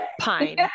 Pine